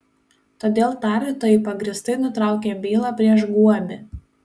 todėl tardytojai pagrįstai nutraukė bylą prieš guobį